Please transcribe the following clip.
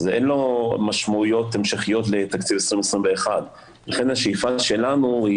אין לו משמעויות המשכיות לתקציב 2021. לכן השאיפה שלנו,